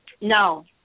No